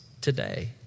today